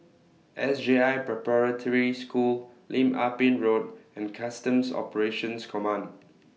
S J I Preparatory School Lim Ah Pin Road and Customs Operations Command